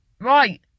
Right